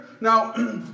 Now